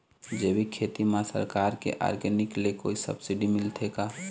जैविक खेती म सरकार के ऑर्गेनिक ले कोई सब्सिडी मिलथे का?